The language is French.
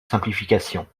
simplification